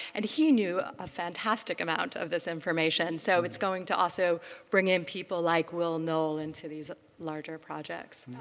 and he knew a fantastic amount of this information. so it's going to also bring in people like will noel into these larger projects.